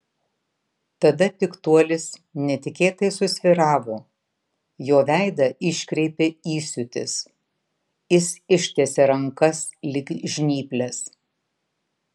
tada piktuolis netikėtai susvyravo jo veidą iškreipė įsiūtis jis ištiesė rankas lyg žnyples